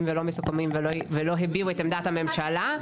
ולא מסוכמים ולא הביעו את עמדת הממשלה,